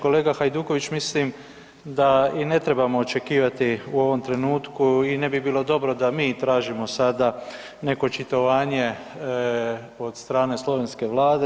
Kolega Hajduković, mislim da i ne trebamo očekivati u ovom trenutku i ne bi bilo dobro da mi tražimo sada neko očitovanje od strane slovenske vlade.